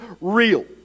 real